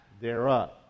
thereof